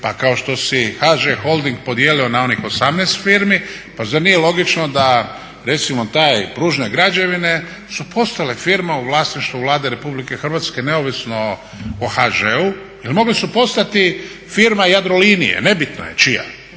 pa kao što si HŽ holding podijelio na onih 18 firmi, pa zar nije logično da recimo te Pružne građevine su postale firma u vlasništvu Vlade Republike Hrvatske neovisno o HŽ-u, jer mogli su postati firma Jadrolinije, nebitno je čija,